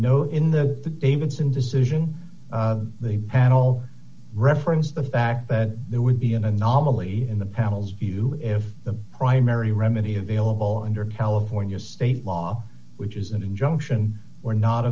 know in the davidson decision the panel referenced the fact that there would be an anomaly in the panel's view if the primary remedy available under california state law which is an injunction were not